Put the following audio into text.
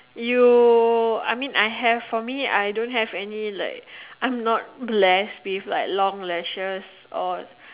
you I mean I have for me I don't have any like I'm not blessed with like long lashes or